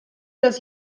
das